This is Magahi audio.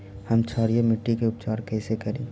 हम क्षारीय मिट्टी के उपचार कैसे करी?